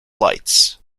lights